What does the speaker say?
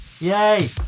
Yay